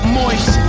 moist